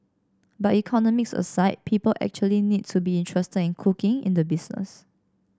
but economics aside people actually need to be interested in cooking in the business